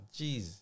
jeez